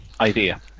idea